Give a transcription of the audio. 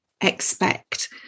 expect